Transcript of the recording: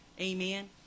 Amen